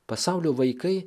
pasaulio vaikai